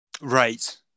Right